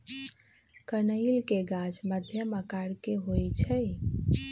कनइल के गाछ मध्यम आकर के होइ छइ